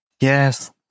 Yes